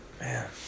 Man